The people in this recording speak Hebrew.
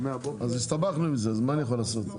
אז הסתבכנו עם זה מה אני יכול לעשות?